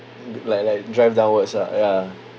like like drive downwards lah ya